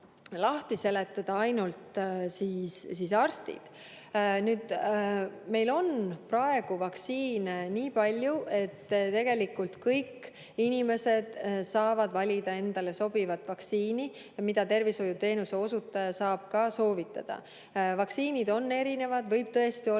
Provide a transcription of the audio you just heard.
lahti seletada ainult arstid. Praegu meil on vaktsiine nii palju, et tegelikult kõik inimesed saavad valida endale sobiva vaktsiini, mida tervishoiuteenuse osutaja saab ka soovitada. Vaktsiinid on erinevad. Võib tõesti olla